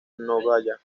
nagoya